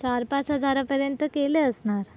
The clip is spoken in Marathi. चार पाच हजारापर्यंत केले असणार